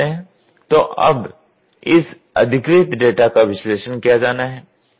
तो अब इस अधिग्रहीत डेटा का विश्लेषण किया जाना है